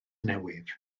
newydd